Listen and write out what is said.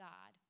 God